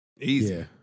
Easy